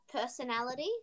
personality